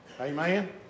Amen